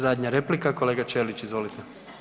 Zadnja replika, kolega Ćelić izvolite.